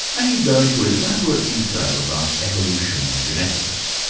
and you go into elaborate detail about evolution and genetics.